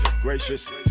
gracious